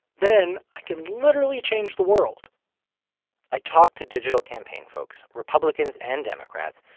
then i can literally change the world i talked to digital campaign folks, republicans and democrats,